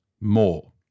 more